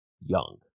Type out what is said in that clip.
young